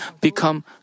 become